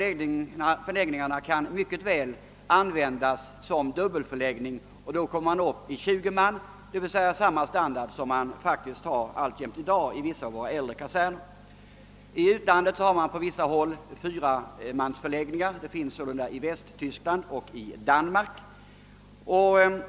Man kan mycket väl använda logementen som dubbelförläggningar, och då får man 20 man i ett logement, d.v.s. samma förläggningsstandard som vi faktiskt har i dag i vissa av våra äldre kaserner. I utlandet har man på vissa håll fyramansförläggningar, t.ex. i Västtyskland och Danmark.